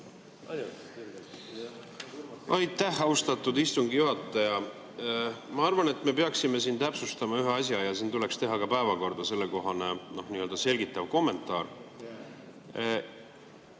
Aitäh, austatud istungi juhataja! Ma arvan, et me peaksime täpsustama ühte asja ja siin tuleks teha ka päevakorda sellekohane selgitav kommentaar.